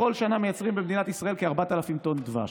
בכל שנה מייצרים במדינת ישראל כ-4,000 טון דבש.